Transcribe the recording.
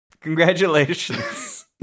Congratulations